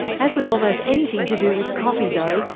as with almost anything to do with coffee though,